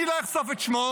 אני לא אחשוף את שמו,